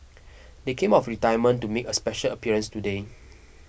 they came out of retirement to make a special appearance today